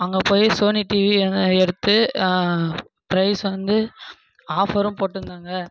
அங்கே போய் Sony TV என்ன எடுத்து ப்ரைஸ் வந்து ஆஃபரும் போட்டுருந்தாங்க